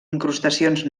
incrustacions